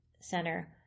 center